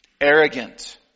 arrogant